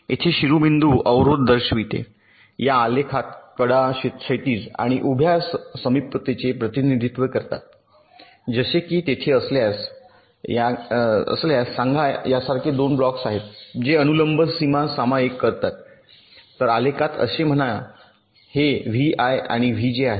येथे शिरोबिंदू अवरोध दर्शविते या आलेखात कडा क्षैतिज आणि उभ्या समीपतेचे प्रतिनिधित्व करतात जसे की तेथे असल्यास सांगा यासारखे 2 ब्लॉक आहेत जे अनुलंब सीमा सामायिक करतात तर आलेखात असे म्हणा हे वि आय आहे आणि हे व्हीजे आहे